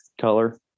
color